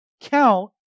count